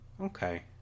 Okay